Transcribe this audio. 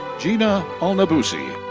ghina alnabulsi.